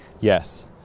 Yes